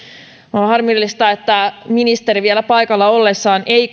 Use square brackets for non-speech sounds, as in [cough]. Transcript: on harmillista että ministeri vielä paikalla ollessaan ei [unintelligible]